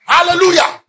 Hallelujah